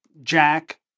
Jack